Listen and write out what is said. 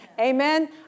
Amen